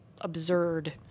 absurd